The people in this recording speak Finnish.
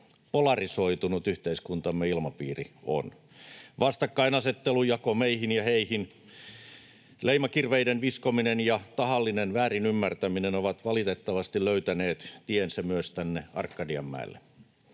polarisoitunut yhteiskuntamme ilmapiiri on. Vastakkainasettelu, jako meihin ja heihin, leimakirveiden viskominen ja tahallinen väärinymmärtäminen ovat valitettavasti löytäneet tiensä myös tänne Arkadianmäelle.